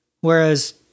whereas